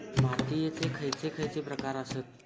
मातीयेचे खैचे खैचे प्रकार आसत?